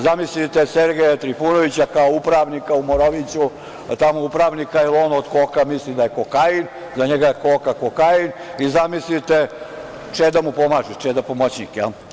Zamislite Sergeja Trifunovića kao upravnika u Moraviću, tamo upravnika, jer on od koka misli da je kokain, za njega je koka kokain, i zamislite Čeda mu pomaže, Čeda pomoćnik, je l'